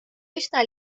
üsna